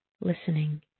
listening